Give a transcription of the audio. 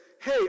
hey